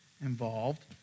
involved